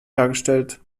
hergestellt